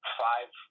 five